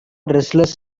wrestlers